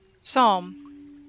Psalm